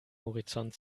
horizont